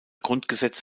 grundgesetz